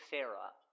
Sarah